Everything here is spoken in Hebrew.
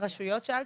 כן,